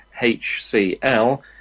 HCL